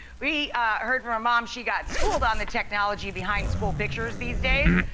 we heard from a mom, she got schooled on the technology behind school pictures these days.